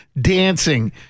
dancing